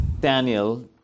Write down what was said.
Daniel